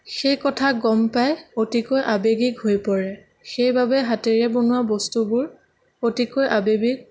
সেই কথা গম পাই অতিকৈ আবেগিক হৈ পৰে সেইবাবে হাতেৰে বনোৱা বস্তুবোৰ অতিকৈ আবেগিক